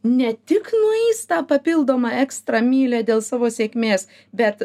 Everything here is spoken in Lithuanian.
ne tik nueis tą papildomą ekstra mylią dėl savo sėkmės bet